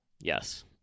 Yes